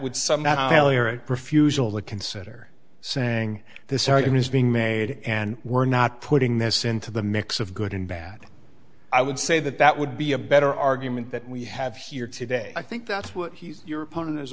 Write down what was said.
would somehow refusal to consider saying this argument is being made and we're not putting this into the mix of good and bad i would say that that would be a better argument that we have here today i think that's what he's your opponent is